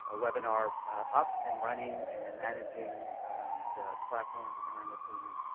ah webinar up and running and managing the platform behind the scenes.